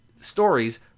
stories